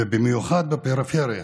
ובמיוחד בפריפריה,